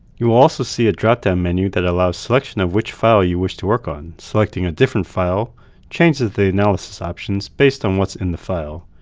you will also see a drop down menu that allows selection of which file you wish to work on. selecting a different file changes the analysis options, based on what's in the file.